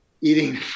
eating